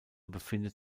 befindet